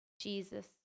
Jesus